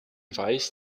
weiß